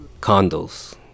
condos